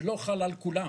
שלא חל על כולם.